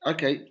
Okay